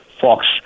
Fox